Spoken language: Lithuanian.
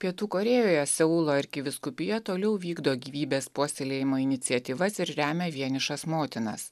pietų korėjoje seulo arkivyskupija toliau vykdo gyvybės puoselėjimo iniciatyvas ir remia vienišas motinas